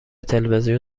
تلویزیون